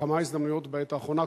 בכמה הזדמנויות בעת האחרונה,